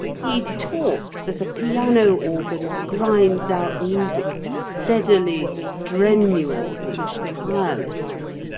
he talks as a piano-organ grinds out music steadily, strenuously, tirelessly.